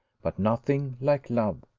but nothing like love.